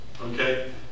Okay